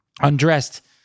undressed